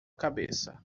cabeça